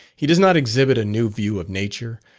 he does not exhibit a new view of nature,